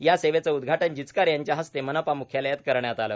या सेवेचे उद्घाटन जिचकार यांच्या हस्ते मनपा मुख्यालयात करण्यात आले